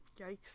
yikes